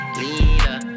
leader